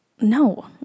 no